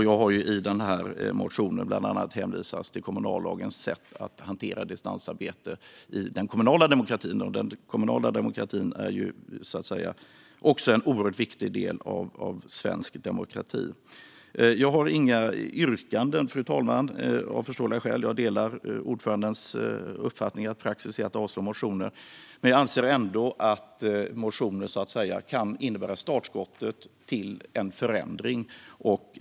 Jag har i motionen bland annat hänvisat till kommunallagens sätt att hantera distansarbete i den kommunala demokratin. Den kommunala demokratin är också en oerhört viktig del av svensk demokrati. Fru talman! Jag har inga yrkanden, av förståeliga skäl. Jag delar ordförandens uppfattning att praxis är att avstyrka motioner. Men jag anser ändå att motioner kan innebära startskottet för en förändring.